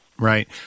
Right